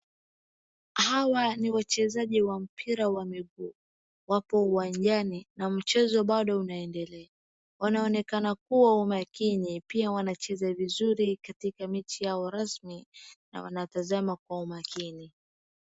Hawa ni wachezaji wa mpira wa miguu wapo uwanjani ,na mchezo bado unaendelea. Wanaonekana kuwa umakini pia wanacheza vizuri katika mechi ya rasmi na wanatazama kwa umakini.